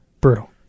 Brutal